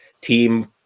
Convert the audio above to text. team